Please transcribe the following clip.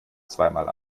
zweimal